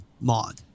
mod